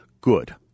Good